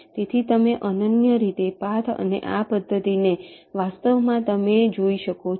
તેથી તમે અનન્ય રીતે પાથ અને આ પદ્ધતિને વાસ્તવમાં તમે જોઈ શકો છો